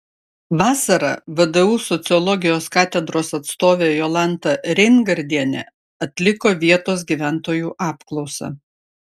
vasarą vdu sociologijos katedros atstovė jolanta reingardienė atliko vietos gyventojų apklausą